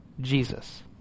Jesus